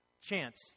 chance